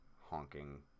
honking